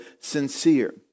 sincere